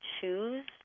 choose